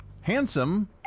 Handsome